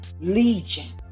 legion